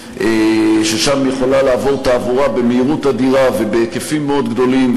ששם יכולה לעבור תעבורה במהירות אדירה ובהיקפים מאוד גדולים,